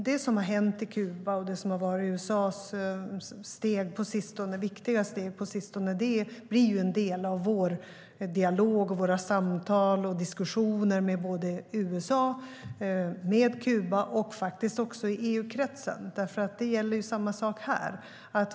Det som har hänt i Kuba och det som har varit USA:s viktiga steg på sistone blir en del av vår dialog och våra samtal och diskussioner med både USA och Kuba och faktiskt också i EU-kretsen. Här gäller samma sak.